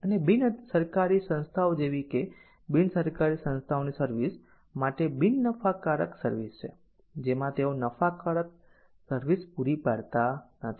અને બિન સરકારી સંસ્થાઓ જેવી કે બિનસરકારી સંસ્થાઓની સર્વિસ માટે બિન નફાકારક સર્વિસ છે જેમાં તેઓ નફાકારક સર્વિસ પૂરી પાડતા નથી